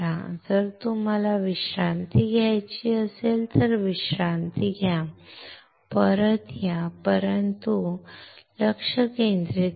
जर तुम्हाला विश्रांती घ्यायची असेल तर विश्रांती घ्या परत या परंतु परत या आणि लक्ष केंद्रित करा